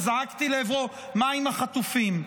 זעקתי לעברו: מה עם החטופים?